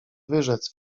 wyrzec